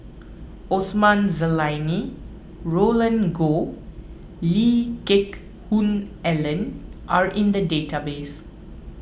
Osman Zailani Roland Goh Lee Geck Hoon Ellen are in the database